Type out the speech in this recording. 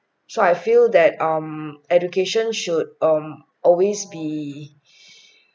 so I feel that um education should um always be